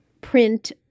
print